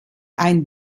ein